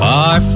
Far